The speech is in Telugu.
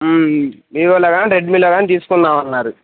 వివోలో కానీ రెడ్మీలో కానీ తీసుకుందామన్నారు